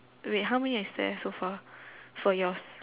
wait how many is there so far for yours